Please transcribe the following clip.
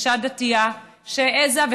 אישה דתייה שהעזה,